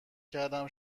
کردم